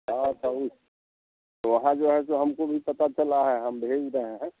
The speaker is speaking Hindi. हाँ तभी वहाँ जो है जो हमको को भी पता चला है हम भेज रहे हैं